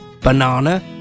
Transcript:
banana